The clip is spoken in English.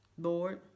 Lord